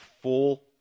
full